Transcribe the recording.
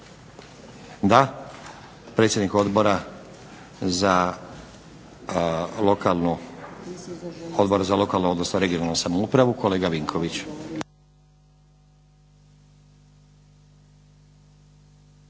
Da. Predsjednik Odbora za lokalnu odnosno regionalnu samoupravu, kolega Vinković.